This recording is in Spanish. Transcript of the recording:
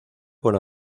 con